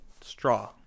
straw